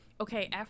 Okay